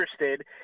interested